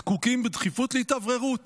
זקוקים בדחיפות להתאווררות.